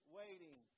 waiting